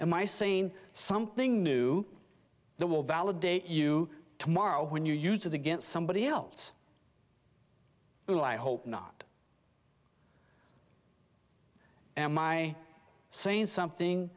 my saying something new that will validate you tomorrow when you use it against somebody else who i hope not and my saying something